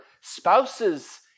spouses